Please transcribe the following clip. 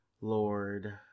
lord